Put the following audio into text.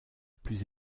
plus